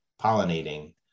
pollinating